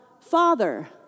Father